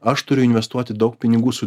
aš turiu investuoti daug pinigų su